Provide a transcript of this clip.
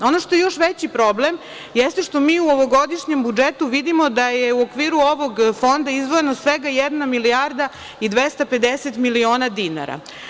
Ono što je još veći problem jeste, što mi u ovogodišnjem budžetu vidimo da je u okviru ovog fonda izdvojeno svega jedna milijarda i 250 miliona dinara.